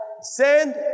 send